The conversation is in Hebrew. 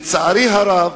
לצערי הרב,